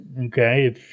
Okay